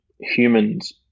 humans